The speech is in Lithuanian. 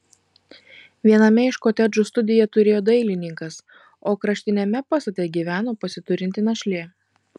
viename iš kotedžų studiją turėjo dailininkas o kraštiniame pastate gyveno pasiturinti našlė